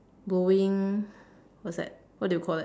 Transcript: blowing what's that what do you call that